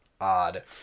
odd